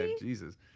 Jesus